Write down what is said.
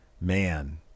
man –